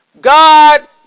God